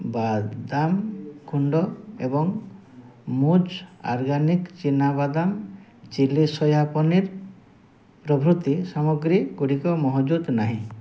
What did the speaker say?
ବାଦାମ ଗୁଣ୍ଡ ଏବଂ ମୂଜ ଅର୍ଗାନିକ୍ ଚିନା ବାଦାମ ଚିଲ୍ଲି ସୋୟା ପନିର୍ ପ୍ରଭୃତି ସାମଗ୍ରୀଗୁଡ଼ିକ ମହଜୁଦ ନାହିଁ